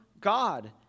God